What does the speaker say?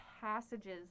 passages